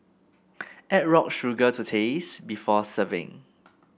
add rock sugar to taste before serving